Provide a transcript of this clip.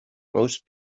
most